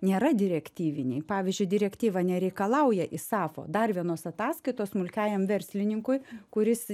nėra direktyviniai pavyzdžiui direktyva nereikalauja isafo dar vienos ataskaitos smulkiajam verslininkui kuris